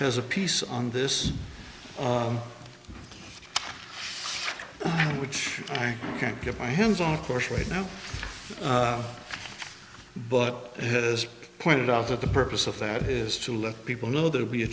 has a piece on this which i can't get my hands on course right now but it has pointed out that the purpose of that his to let people know there will be a